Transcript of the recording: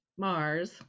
Mars